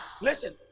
Listen